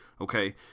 okay